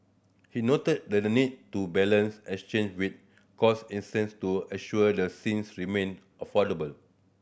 he noted that the need to balance with cost to ensure the things remain affordable